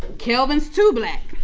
kelvin's too black.